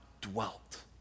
dwelt